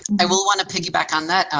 i will want to piggyback on that,